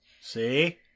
See